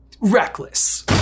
reckless